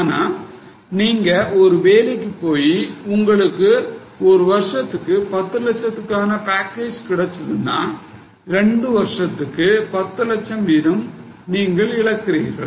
ஆனா நீங்க ஒரு வேலைக்கு போயி உங்களுக்கு ஒரு வருஷத்துக்கு 10 லட்சத்துக்கான package கிடைச்சதுன்னா இரண்டு வருடத்திற்கு 10 லட்சம் வீதம் நீங்கள் இழக்கிறீர்கள்